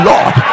Lord